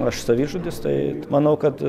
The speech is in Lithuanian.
aš savižudis tai manau kad